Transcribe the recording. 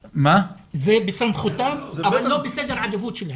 זה בסמכותם אבל לא בסדר העדיפות שלהם.